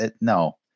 no